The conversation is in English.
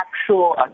actual